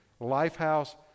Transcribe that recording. Lifehouse